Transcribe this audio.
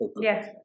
yes